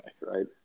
right